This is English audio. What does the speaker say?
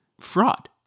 fraud